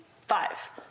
Five